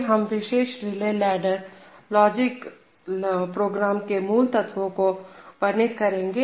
फिर हम विशेष रिले लार्डर प्रोग्राम के मूल तत्व को वर्णित करेंगे